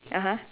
(uh huh)